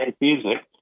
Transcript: music